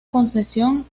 concesión